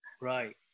right